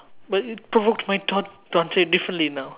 ya but it provoked my thought thoughts to answer it differently now